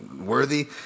worthy